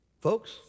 Folks